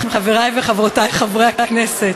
חברי וחברותי חברי הכנסת,